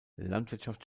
landwirtschaft